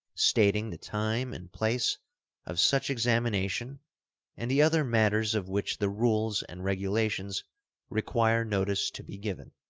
stating the time and place of such examination and the other matters of which the rules and regulations require notice to be given.